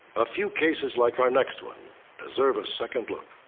a few cases like our next one deserve a second look.